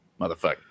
motherfucker